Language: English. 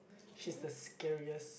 she's the scariest